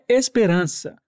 esperança